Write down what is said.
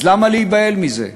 אז למה להיבהל מזה?